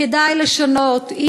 כדאי לשנות,